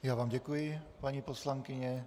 Já vám děkuji, paní poslankyně.